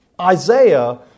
Isaiah